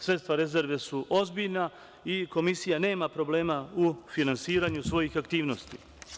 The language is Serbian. Sredstva rezerve su ozbiljna i Komisija nema problema u finansiranju svojih aktivnosti.